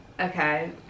okay